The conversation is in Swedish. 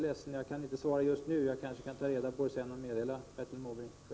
Kanske kan jag ta reda på det sedan och meddela Bertil Måbrink.